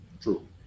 True